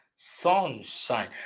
Sunshine